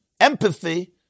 empathy